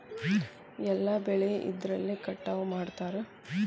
ಎಲ್ಲ ಬೆಳೆ ಎದ್ರಲೆ ಕಟಾವು ಮಾಡ್ತಾರ್?